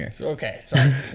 Okay